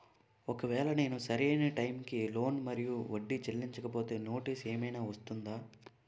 ఒకవేళ నేను సరి అయినా టైం కి లోన్ మరియు వడ్డీ చెల్లించకపోతే నోటీసు ఏమైనా వస్తుందా?